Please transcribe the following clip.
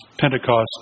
Pentecost